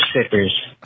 stickers